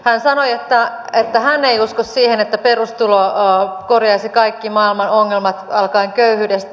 hän sanoi että hän ei usko siihen että perustulo korjaisi kaikki maailman ongelmat alkaen köyhyydestä